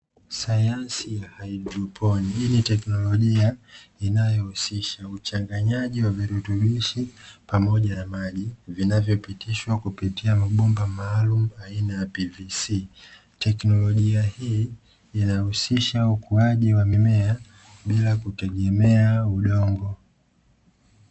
Sayansi ya haidroponi yenye teknolojia inayohusisha uchanganyaji wa virutubishi pamoja na maji, vinavyopitishwa kupitia mabomba maalumu aina "PVC", teknolojia hii inahusisha ukuaji wa mimea bila kutegemea udongo.